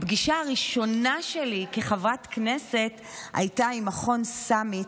הפגישה הראשונה שלי כחברת כנסת הייתה עם מכון סאמיט,